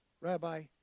rabbi